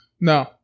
No